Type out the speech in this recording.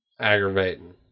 aggravating